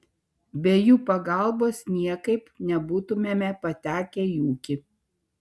be jų pagalbos niekaip nebūtumėme patekę į ūkį